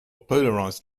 polarized